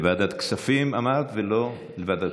אמרת לוועדת כספים ולא לוועדת חינוך.